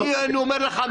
אני אומר לך,